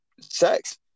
sex